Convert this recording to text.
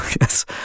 Yes